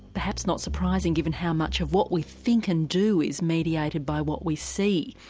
perhaps not surprising, given how much of what we think and do is mediated by what we see.